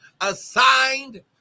assigned